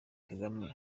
kagame